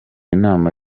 inama